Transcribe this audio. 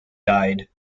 died